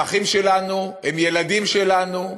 הם אחים שלנו, הם ילדים שלנו,